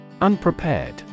Unprepared